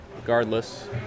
Regardless